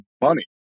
money